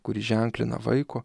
kurį ženklina vaiko